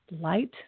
light